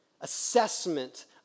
assessment